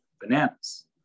bananas